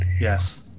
Yes